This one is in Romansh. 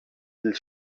dils